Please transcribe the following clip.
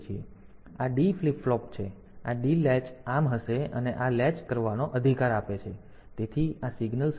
તેથી આ D flip flop છે આ ડી લેચ આમ હશે અને આ લૅચ કરવાનો અધિકાર આપે છે તેથી આ સિગ્નલ સક્રિય થાય છે